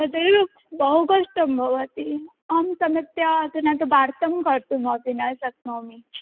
महोदय बहुकष्टं भवति अहं सम्यक्तया अधुना तु वार्तां कर्तुमपि न शक्नोमि